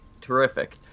terrific